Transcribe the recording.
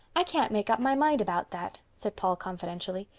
i can't make up my mind about that, said paul confidentially.